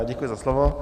Děkuji za slovo.